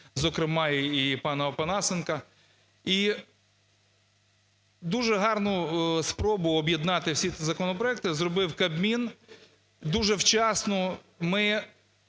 зокрема і пана Опанасенка. І дуже гарну спробу об'єднати всі ці законопроекти зробив Кабмін, дуже вчасно. Ми